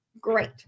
Great